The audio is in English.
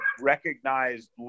recognized